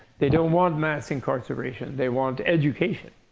they don't want mass incarceration. they want education.